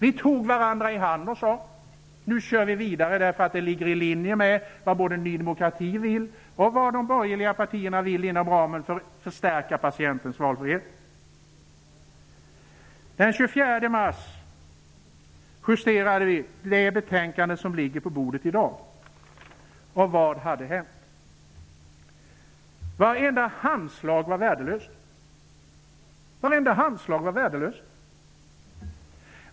Vi tog varandra i hand och sade: Nu kör vi vidare, eftersom detta ligger i linje med både det som Ny demokrati vill och vad de borgerliga partierna vill för att förstärka patientens valfrihet. Den 24 mars 1994 justerade vi det betänkande som ligger på bordet i dag. Vad hade hänt? Vartenda handslag var värdelöst!